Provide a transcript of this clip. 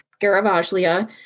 Garavaglia